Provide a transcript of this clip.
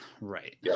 Right